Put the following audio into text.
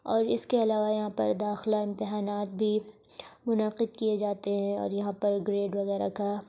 اور اس کے علاوہ یہاں پر داخلہ امتحانات بھی منعقد کیے جاتے ہیں اور یہاں پر گریڈ وغیرہ کا